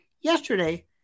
yesterday